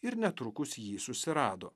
ir netrukus jį susirado